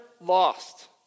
lost